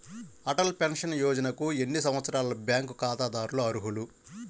Atal pension యోజనకు ఎన్ని సంవత్సరాల బ్యాంక్ ఖాతాదారులు అర్హులు?